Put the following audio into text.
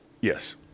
Yes